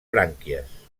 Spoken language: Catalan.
brànquies